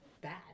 bad